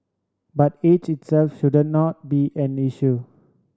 but age itself shouldn't now be an issue